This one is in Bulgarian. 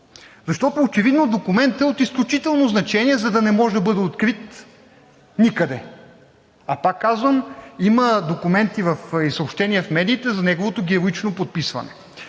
защото очевидно документът е от изключително значение, за да не може да бъде открит никъде, а, пак казвам, има документи и съобщения в медиите за неговото героично подписване.